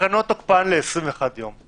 התקנות תוקפן ל-21 יום.